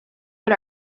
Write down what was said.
put